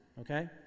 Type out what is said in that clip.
okay